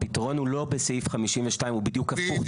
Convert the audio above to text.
הפתרון הוא לא בסעיף 52. הוא בדיוק הפוך.